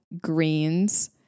greens